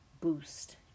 boost